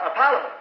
Apollo